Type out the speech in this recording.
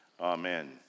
Amen